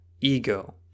ego